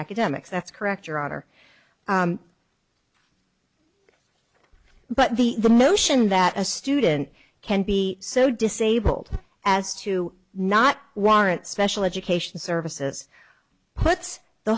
academics that's correct your honor but the the notion that a student can be so disabled as to not warrant special education services puts the